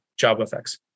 JavaFX